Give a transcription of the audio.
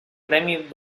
gremi